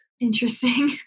interesting